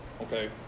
Okay